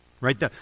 right